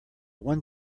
one